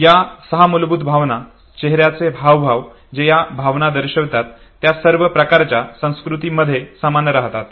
या सहा मूलभूत भावना चेहर्याचे हावभाव जे या भावना दर्शवितात त्या सर्व प्रकारच्या संस्कृतीमध्ये समान राहतात